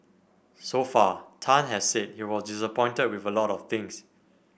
so far Tan has said he was disappointed with a lot of things